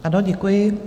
Ano, děkuji.